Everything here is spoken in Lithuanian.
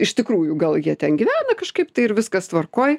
iš tikrųjų gal jie ten gyvena kažkaip tai ir viskas tvarkoj